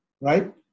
right